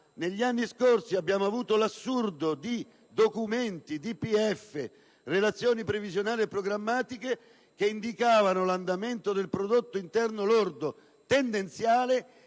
Negli anni scorsi abbiamo avuto l'assurdo di documenti, DPEF e relazioni previsionali e programmatiche che indicavano un andamento del prodotto interno lordo tendenziale